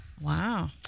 Wow